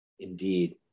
Indeed